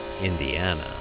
Indiana